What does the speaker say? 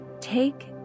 take